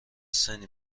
سنی